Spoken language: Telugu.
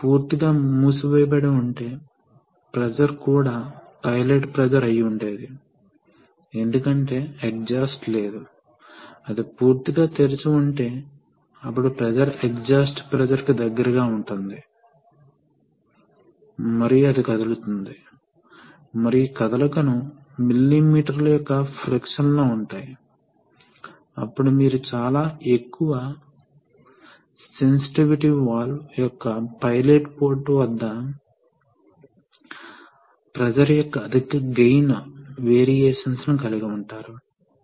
కాబట్టి ఈ చెక్ వాల్వ్ కారణంగా రెట్రాక్షన్ సమయంలో ద్రవం ఎల్లప్పుడూ దీని గుండా ప్రవహిస్తుంది మరియు దీనికి ఉచిత ప్రవాహ మార్గం ఉంటుంది మరియు అక్కడ ఉంటుంది ప్రవాహం రేటు ఎక్కువగా ఉంటుంది ఎందుకంటే ఇది లోడ్ కి కనెక్ట్ కాలేదు ప్రెషర్ అవసరాలు తక్కువగా ఉంటాయి మరియు పంప్ ప్రవాహంతో మీరు బాగా నిర్వహించవచ్చు